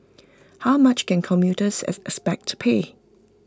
how much can commuters expect to pay